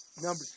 number